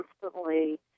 constantly